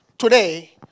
Today